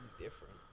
different